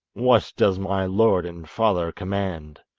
what does my lord and father command